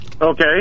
Okay